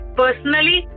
personally